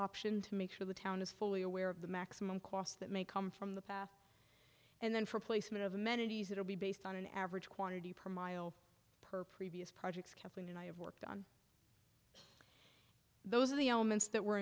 option to make sure the town is fully aware of the maximum costs that may come from the path and then for placement of amenities that will be based on an average quantity per mile per previous projects kept and i have worked on those of the elements that were